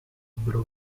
ebbero